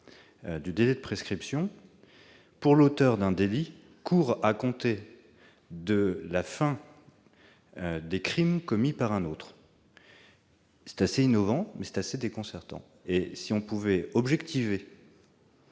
du délai de prescription pour l'auteur d'un délit court à compter de la cessation d'un crime commis par un autre. C'est assez innovant, mais c'est assez déconcertant. Si nous faisions courir